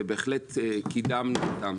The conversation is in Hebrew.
ובהחלט קידמנו אותם.